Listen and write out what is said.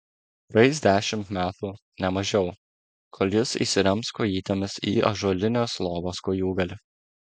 praeis dešimt metų ne mažiau kol jis įsirems kojytėmis į ąžuolinės lovos kojūgalį